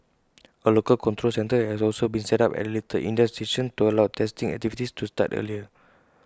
A local control centre has also been set up at little India station to allow testing activities to start earlier